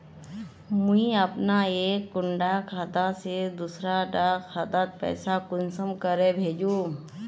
मुई अपना एक कुंडा खाता से दूसरा डा खातात पैसा कुंसम करे भेजुम?